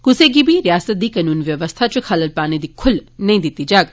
कुसै गी बी रियासत दी कनून व्यवस्था इच खल्ल पाने दी खुल्ल नेई दित्ती जाग